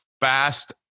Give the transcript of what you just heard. fast